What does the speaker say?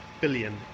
billion